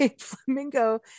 flamingo